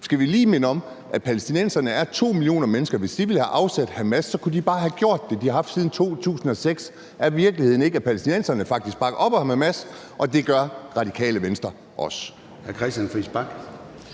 Skal vi lige minde om, at palæstinenserne er 2 millioner mennesker, og at hvis de ville have afsat Hamas, kunne de bare have gjort det. De har haft siden 2006. Er virkeligheden ikke, at palæstinenserne faktisk bakker op om Hamas, og at det gør Radikale Venstre også?